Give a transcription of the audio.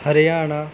Haryana